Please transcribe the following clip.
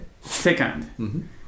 Second